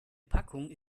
packung